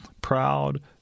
proud